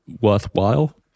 worthwhile